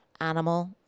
animal